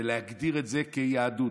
ולהגדיר את זה כיהדות?